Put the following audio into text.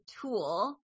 tool